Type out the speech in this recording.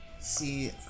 See